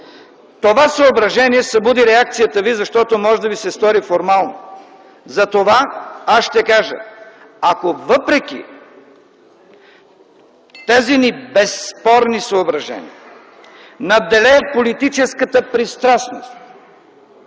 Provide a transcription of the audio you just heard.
Това съображение събуди реакцията ви, защото може да ви се стори формално. Затова аз ще кажа: ако, въпреки тези ни безспорни съображения, надделее политическата пристрастност,